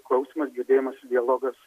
klausymas girdėjimas ir dialogas